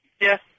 Yes